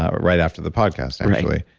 ah right after the podcast actually.